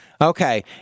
Okay